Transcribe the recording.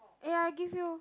eh I give you